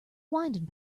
winding